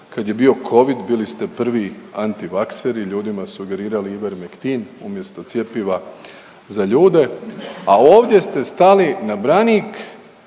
Kad je bio covid bili ste prvi antivakseri, ljudima sugerirali Ivermectin umjesto cjepiva za ljude, a ovdje ste stali na branik